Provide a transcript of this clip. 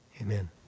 Amen